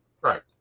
Right